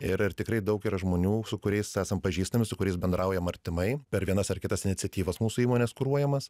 ir ir tikrai daug yra žmonių su kuriais esam pažįstami su kuriais bendraujam artimai per vienas ar kitas iniciatyvas mūsų įmonės kuruojamas